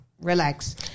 relax